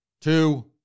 two